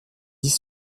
dix